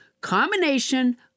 combination